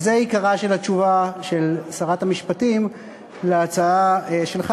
וזו עיקרה של התשובה של שרת המשפטים על ההצעה שלך.